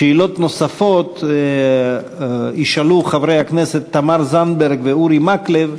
שאלות נוספות ישאלו חברי הכנסת תמר זנדברג ואורי מקלב,